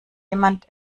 jemand